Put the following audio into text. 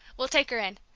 we'll take her in.